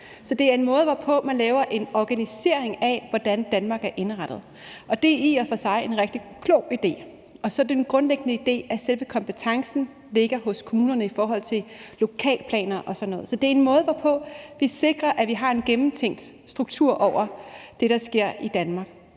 det er en måde, hvorpå man laver en organisering af, hvordan Danmark er indrettet, og det er i og for sig en rigtig klog idé. Det er den grundlæggende idé, at selve kompetencen ligger hos kommunerne i forhold til lokalplaner og sådan noget. Så det er en måde, hvorpå vi sikrer, at vi har en gennemtænkt struktur over det, der sker i Danmark,